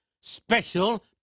special